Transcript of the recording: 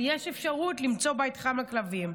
ויש אפשרות למצוא בית חם לכלבים.